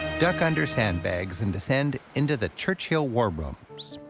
duck under sand bags and descend into the churchill war rooms.